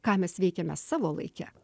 ką mes veikiame savo laike